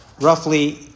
roughly